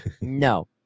No